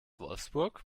wolfsburg